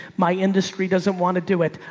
my industry doesn't want to do it.